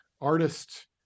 artist